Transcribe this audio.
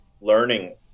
learning